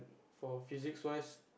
for physic first